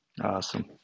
Awesome